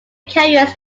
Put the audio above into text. carriers